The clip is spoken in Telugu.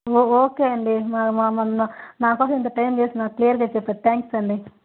ఓకే అండి నా కోసం ఇంత టైం చేసి నాకు క్లియర్ చేసి చెప్పారు థ్యాంక్స్ అండి